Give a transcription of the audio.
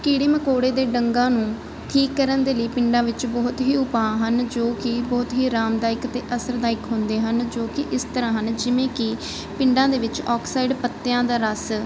ਕੀੜੇ ਮਕੌੜਿਆਂ ਦੇ ਡੰਗਾਂ ਨੂੰ ਠੀਕ ਕਰਨ ਦੇ ਲਈ ਪਿੰਡਾਂ ਵਿੱਚ ਬਹੁਤ ਹੀ ਉਪਾਅ ਹਨ ਜੋ ਕਿ ਬਹੁਤ ਹੀ ਆਰਾਮਦਾਇਕ ਅਤੇ ਅਸਰਦਾਇਕ ਹੁੰਦੇ ਹਨ ਜੋ ਕਿ ਇਸ ਤਰ੍ਹਾਂ ਹਨ ਜਿਵੇਂ ਕਿ ਪਿੰਡਾਂ ਦੇ ਵਿੱਚ ਆਕਸਾਈਡ ਪੱਤਿਆਂ ਦਾ ਰਸ